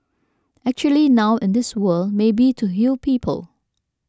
actually now in this world maybe to heal people